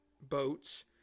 boats